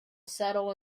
settle